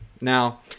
Now